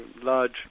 large